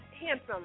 handsome